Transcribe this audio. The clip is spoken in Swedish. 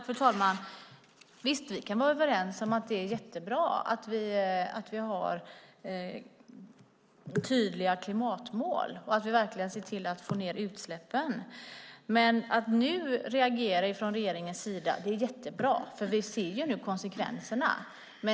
Fru talman! Visst, vi kan vara överens om att det är jättebra att vi har tydliga klimatmål och att vi verkligen ser till att få ned utsläppen. Men att nu reagera från regeringens sida är jättebra. Nu ser vi nämligen konsekvenserna.